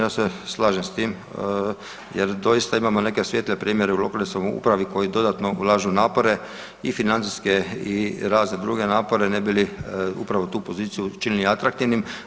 Ja se slažem s tim jer doista imamo neke svijetle primjere u lokalnoj samoupravi koji dodatno ulažu napore i financijske i razne druge napore ne bi li upravo tu poziciju učinili atraktivnim.